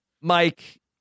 Mike